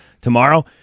Tomorrow